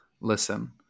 Listen